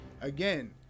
Again